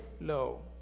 low